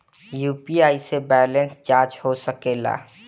UPI से balance जाँच हो सके ला?